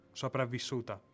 sopravvissuta